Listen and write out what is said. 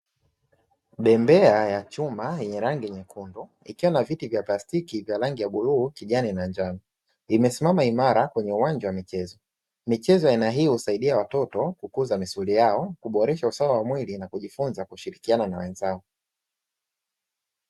Bembea ya chuma yenye rangi nyekundu, ikiwa na viti vya plastiki vya rangi bluu, kijani na njano, imesimama imara kwenye uwanja wa michezo, michezo ya aina hii husaidia watoto kukuza misuli yao, kuboresha usawa wa mwili na kujifunza kushirikiana na wenzao.